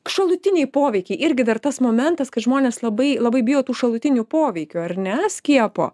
šalutiniai poveikiai irgi dar tas momentas kad žmonės labai labai bijo tų šalutinių poveikių ar ne skiepo